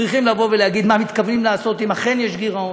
צריכים להגיד מה מתכוונים לעשות אם יש גירעון,